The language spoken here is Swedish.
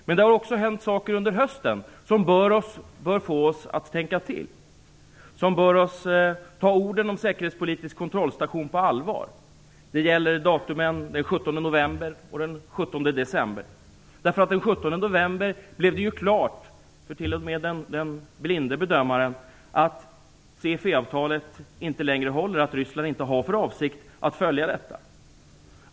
Men det har också hänt saker under hösten som bör få oss att tänka till och som bör få oss att ta orden om säkerhetspolitisk kontrollstation på allvar. Det gäller datumen den 17 november och den 17 december. Den 17 november blev det ju klart för t.o.m. den blinde bedömaren att CFE-avtalet inte längre håller, att Ryssland inte har för avsikt att följa det.